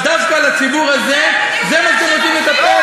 אז דווקא לציבור הזה, זה מה שאתם רוצים לטפל?